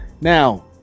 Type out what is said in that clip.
Now